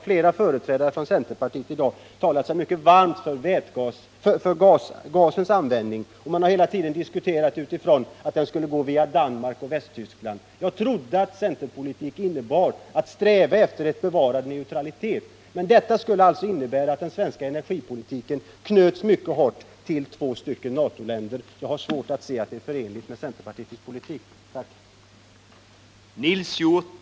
Flera företrädare för centerpartiet har i dag talat mycket varmt för gasens användning, och man har hela tiden diskuterat utifrån förutsättningen att den skulle gå via Danmark och Västtyskland. Jag trodde att centerpolitik innebar att sträva efter en bevarad neutralitet. Men om det blir som centern här förordar skulle det innebära att den svenska energipolitiken knöts mycket hårt till två NATO-länder. Jag har svårt att se att det är förenligt med centerpartiets politik. Är det det?